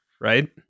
right